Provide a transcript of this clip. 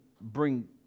bring